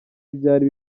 ibyari